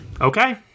Okay